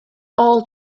all